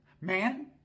man